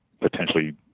potentially